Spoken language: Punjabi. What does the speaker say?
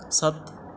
ਸੱਤ